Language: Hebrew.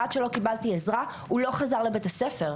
עד שלא קיבלתי עזרה הוא לא חזר לבית הספר.